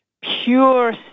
pure